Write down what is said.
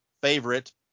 favorite